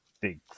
big